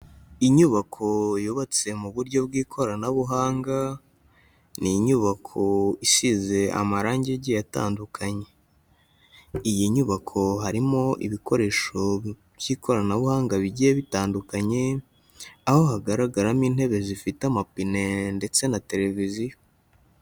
Inyubako yubatse mu buryo bw'ikoranabuhanga, ni inyubako isize amarangi agiye atandukanye. Iyi nyubako harimo ibikoresho by'ikoranabuhanga bigiye bitandukanye, aho hagaragaramo intebe zifite amapine ndetse na televiziyo.